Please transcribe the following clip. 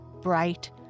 bright